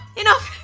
enough.